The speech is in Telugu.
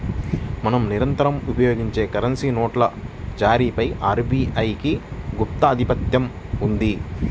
మనం నిరంతరం వినియోగించే కరెన్సీ నోట్ల జారీపై ఆర్బీఐకి గుత్తాధిపత్యం ఉంది